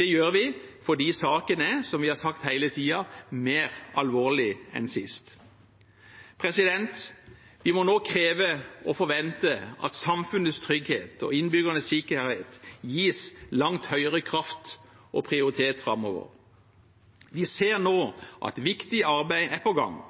Det gjør vi fordi saken er, som vi har sagt hele tiden, mer alvorlig enn sist. Vi må nå kreve og forvente at samfunnets trygghet og innbyggernes sikkerhet gis langt høyere kraft og prioritet framover. Vi ser nå at viktig arbeid er på gang.